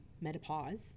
menopause